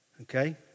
okay